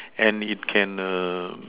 and it can err